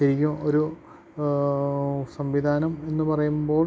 ശരിക്കും ഒരു സംവിധാനം എന്നു പറയുമ്പോൾ